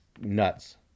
nuts